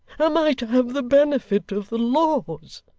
am i to have the benefit of the laws?